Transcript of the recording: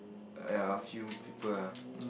err ya a few people ah